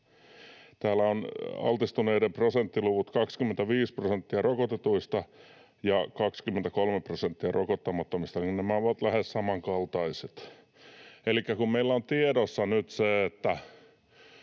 Täällä on altistuneiden prosenttiluvut 25 prosenttia rokotetuista ja 23 prosenttia rokottamattomista — nämä ovat lähes samankaltaiset. Elikkä kun meillä kaikilla tässä